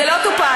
זה לא טופל.